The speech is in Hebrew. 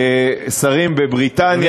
שרים בבריטניה,